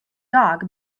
dog